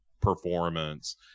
performance